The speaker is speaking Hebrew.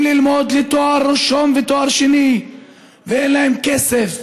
ללמוד לתואר ראשון ותואר שני ואין להם כסף